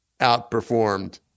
outperformed